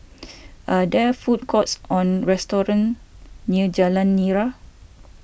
are there food courts or restaurants near Jalan Nira